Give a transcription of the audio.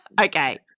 Okay